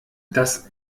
das